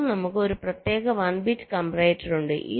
അപ്പോൾ നമുക്ക് ഒരു പ്രത്യേക വൺ ബിറ്റ് കംപറേറ്റർ ഉണ്ട്